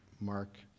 Mark